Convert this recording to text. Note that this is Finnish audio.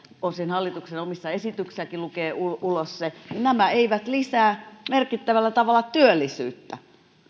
osin hallituksen omissa esityksissäkin lukee ulos se nämä eivät lisää merkittävällä tavalla työllisyyttä